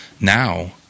now